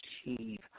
achieve